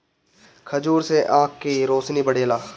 खजूर से आँख के रौशनी बढ़ेला